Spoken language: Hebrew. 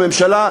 בממשלה,